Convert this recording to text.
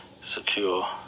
secure